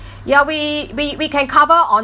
ya we we we can cover on